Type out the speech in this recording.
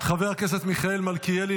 חבר הכנסת מיכאל מלכיאלי,